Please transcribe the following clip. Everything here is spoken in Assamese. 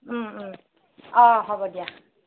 অঁ হ'ব দিয়া